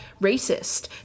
racist